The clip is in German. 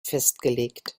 festgelegt